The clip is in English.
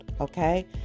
okay